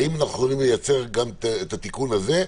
האם אנחנו יכולים לייצר גם את התיקון הזה,